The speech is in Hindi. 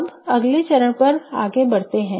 अब अगले चरण पर आगे बढ़ते हैं